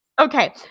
Okay